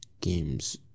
games